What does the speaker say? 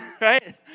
right